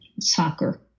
soccer